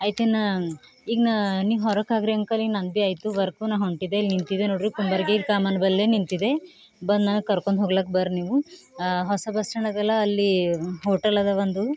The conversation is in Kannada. ಆಯ್ತಿನ್ನು ಈಗ ನ ನೀ ಹೊರಕ್ಕೆ ಆಗಿರಿ ಅಂಕಲ್ ಇನ್ನು ನಂದು ಭೀ ಆಯಿತು ವರ್ಕು ನಾನು ಹೊಂಟಿದೆ ಇಲ್ಲಿ ನಿಂತಿದೆ ನೋಡಿರಿ ಕುಂಬಾರ್ಗೇರಿ ಕಮಾನು ಬಲ್ಲೇ ನಿಂತಿದೆ ಬಂದು ನನ್ನನ್ನು ಕರ್ಕೊಂಡ್ ಹೋಗ್ಲಕ್ಕ ಬರ್ರಿ ನೀವು ಹೊಸ ಬಸ್ ಸ್ಟ್ಯಾಂಡ್ ಅದ ಅಲ್ಲ ಅಲ್ಲಿ ಹೋಟೆಲ್ ಅದ ಒಂದು